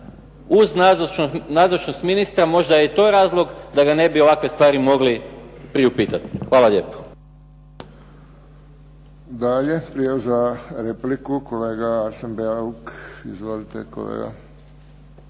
uz nazočnost ministra možda je to razlog da ga ne bi ovakve stvari mogli priupitati. Hvala lijepo. **Friščić, Josip (HSS)** Dalje, prijava za repliku kolega Arsen Bauk. Izvolite kolega.